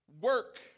work